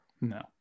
No